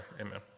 Amen